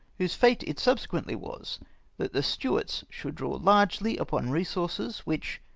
whose fate it subsequently was that the stuarts should draw largely upon resources which,